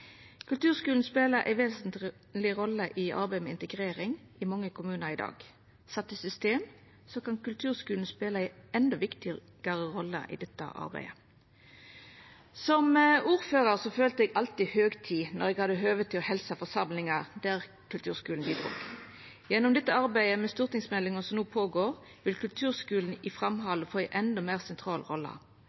Kulturskulen spelar ei vesentleg rolle i arbeidet med integrering i mange kommunar i dag. Sett i system kan kulturskulen spela ei endå viktigare rolle i dette arbeidet. Som ordførar følte eg alltid høgtid då eg hadde høve til å helsa forsamlingar der kulturskulen bidrog. Gjennom arbeidet med stortingsmeldinga som no er i gang, vil kulturskulen i framhaldet få ei endå meir sentral rolle.